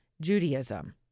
Judaism